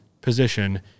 position